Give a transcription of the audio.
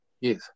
Yes